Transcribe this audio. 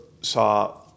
saw